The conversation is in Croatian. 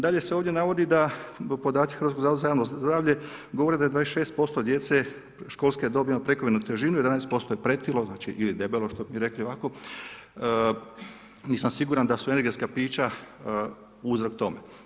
Dalje se ovdje navodi da podaci Hrvatskog zavoda za javno zdravlje govori da je 26% djece školske dobi ima prekomjernu težinu, 11% je pretilo, znači ili debelo što bi mi rekli ovako, nisam siguran da su energetska pića uzrok tome.